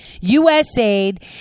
USAID